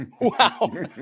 Wow